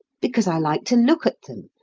because i like to look at them,